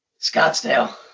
Scottsdale